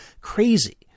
crazy